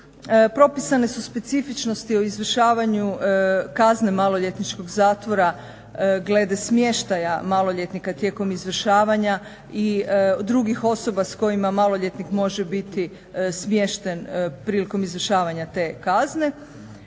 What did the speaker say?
Propisane su specifičnosti o izvršavanju kazne maloljetničkog zatvora glede smještaja maloljetnika tijekom izvršavanja i drugih osoba s kojima maloljetnik može biti smješten prilikom izvršavanja te kazne.